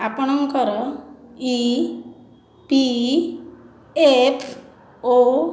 ଆପଣଙ୍କର E P F ଓ